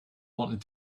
wanted